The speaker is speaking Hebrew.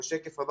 ובשקף הבא,